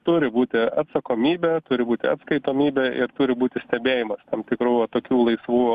turi būti atsakomybė turi būti atskaitomybė ir turi būti stebėjimas tam tikrų tokių laisvų